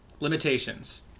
Limitations